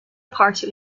party